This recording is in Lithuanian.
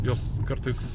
jos kartais